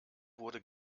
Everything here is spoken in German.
wurde